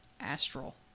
astral